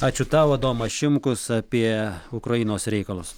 ačiū tau adomas šimkus apie ukrainos reikalus